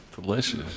delicious